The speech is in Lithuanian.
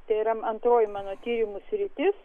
tai yra antroji mano tyrimų sritis